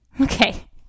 Okay